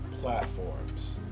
platforms